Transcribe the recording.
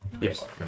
Yes